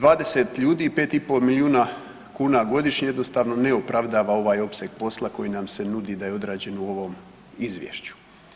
20 ljudi 5,5 milijuna kuna godišnje jednostavno ne opravdava ovaj opseg posla koji nam se nudi da je odrađen u ovom izvješću.